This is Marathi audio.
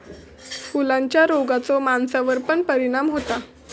फुलांच्या रोगाचो माणसावर पण परिणाम होता